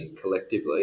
collectively